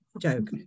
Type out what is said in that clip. joke